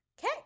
Okay